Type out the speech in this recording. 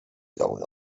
going